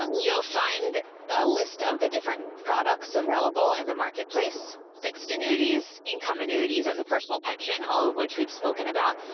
um you'll find a list of the different products available in and the marketplace, fixed annuities, income, annuities, and the personal pension, all of which we've spoken about,